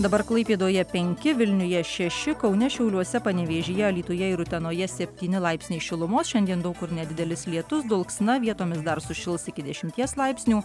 dabar klaipėdoje penki vilniuje šeši kaune šiauliuose panevėžyje alytuje ir utenoje septyni laipsniai šilumos šiandien daug kur nedidelis lietus dulksna vietomis dar sušils iki dešimties laipsnių